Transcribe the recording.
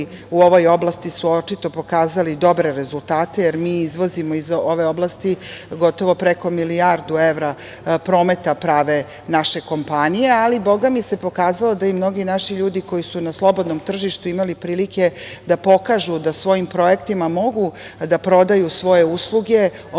u ovoj oblasti su očito pokazali dobre rezultate, jer mi izvozimo. Iz ove oblasti gotovo preko milijardu evra promet prave naše kompanije, ali se pokazalo da i mnogi naši ljudi koji su na slobodnom tržištu imali prilike da pokažu da svojim projektima mogu da prodaju svoje usluge onlajn